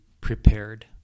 prepared